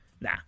Nah